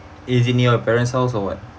is it near your parent's house or what